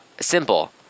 Simple